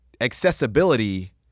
accessibility